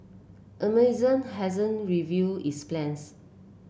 amazon hasn't revealed its plans